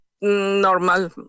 normal